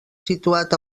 situat